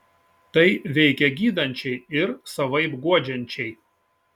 tai veikia gydančiai ir savaip guodžiančiai